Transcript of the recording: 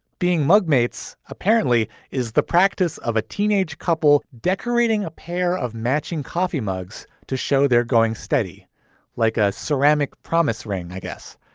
being mug mates, apparently is the practice of a teenage couple decorating a pair of matching coffee mugs to show they're going steady like a ceramic promise ring, i guess.